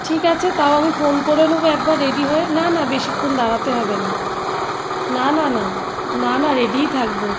ঠিক আছে তাও আমি ফোন করে নোবো একবার রেডি হয়ে না না বেশিক্ষণ দাঁড়াতে হবে না না না না না না রেডিই থাকবো